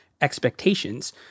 expectations